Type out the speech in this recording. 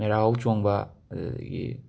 ꯃꯦꯔꯥ ꯍꯧ ꯆꯣꯡꯕ ꯑꯗꯨꯗꯒꯤ